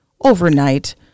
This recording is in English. overnight